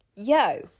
Yo